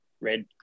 red